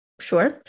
Sure